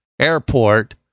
Airport